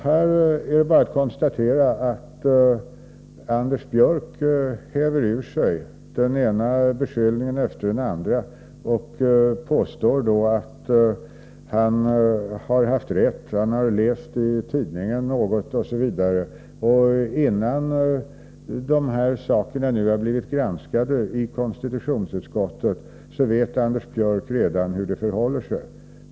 Här är bara att konstatera att Anders Björck häver ur sig den ena beskyllningen efter den andra och påstår att han har haft rätt, att han har läst något i tidningen osv. Redan innan dessa frågor har blivit granskade i konstitutionsutskottet vet Anders Björck hur det förhåller sig.